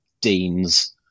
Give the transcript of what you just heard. deans